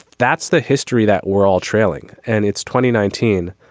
that's the history that we're all trailing and it's twenty nineteen.